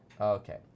Okay